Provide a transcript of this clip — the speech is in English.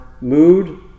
mood